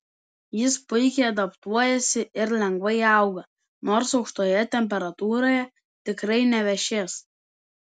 jis puikiai adaptuojasi ir lengvai auga nors aukštoje temperatūroje tikrai nevešės